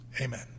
Amen